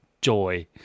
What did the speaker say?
joy